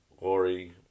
Lori